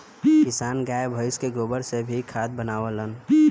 किसान गाय भइस के गोबर से भी खाद बनावलन